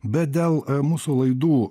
bet dėl mūsų laidų